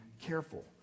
careful